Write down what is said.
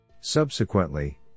Subsequently